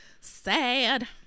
Sad